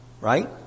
right